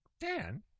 Dan